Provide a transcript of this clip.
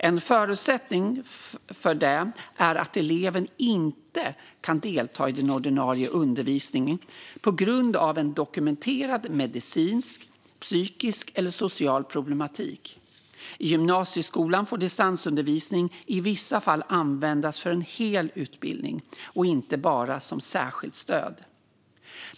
En förutsättning för det är att eleven inte kan delta i den ordinarie undervisningen på grund av en dokumenterad medicinsk, psykisk eller social problematik. I gymnasieskolan får distansundervisning i vissa fall användas för en hel utbildning och inte bara som särskilt stöd.